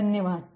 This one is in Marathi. धन्यवाद